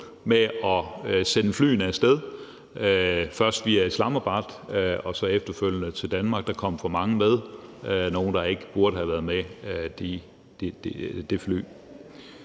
med at sende flyene af sted, først via Islamabad og efterfølgende til Danmark. Der kom for mange med, der kom nogle med det fly,